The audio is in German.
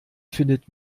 findet